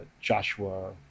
Joshua